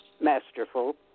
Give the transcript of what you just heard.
masterful